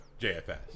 JFS